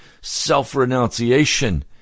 self-renunciation